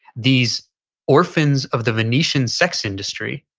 these orphans of the venetian sex industry,